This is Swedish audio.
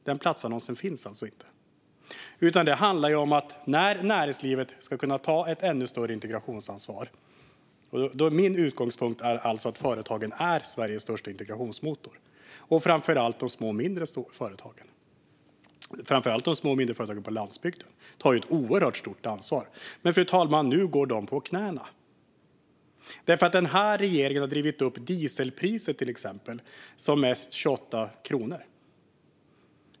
Den platsannonsen finns inte. När jag säger att näringslivet ska kunna ta ett ännu större integrationsansvar är min utgångspunkt att företagen är Sveriges största integrationsmotor, framför allt de mindre företagen. Framför allt de mindre företagen på landsbygden tar ju ett oerhört stort ansvar. Nu går de dock på knäna, fru talman, för den här regeringen har exempelvis drivit upp dieselpriset till som mest 28 kronor.